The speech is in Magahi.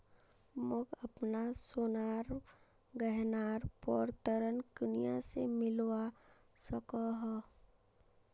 मोक अपना सोनार गहनार पोर ऋण कुनियाँ से मिलवा सको हो?